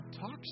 talks